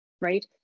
right